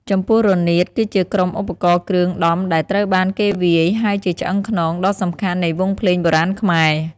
ចំពោះរនាត គឺជាក្រុមឧបករណ៍គ្រឿងដំដែលត្រូវបានគេវាយ ហើយជាឆ្អឹងខ្នងដ៏សំខាន់នៃវង់ភ្លេងបុរាណខ្មែរ។